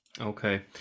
Okay